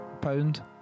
pound